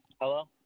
Hello